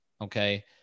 okay